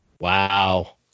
Wow